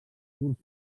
curt